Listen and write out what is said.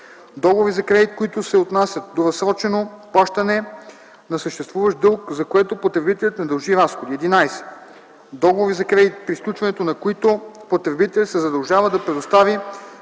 договори за кредит, които се отнасят до разсрочено плащане на съществуващ дълг, за което потребителят не дължи разходи; 11. договори за кредит, при сключването на които потребителят се задължава да предостави